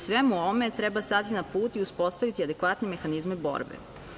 Svemu ovome treba stati na put i uspostaviti adekvatne mehanizme borbe.